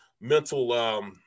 mental